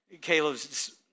Caleb's